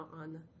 on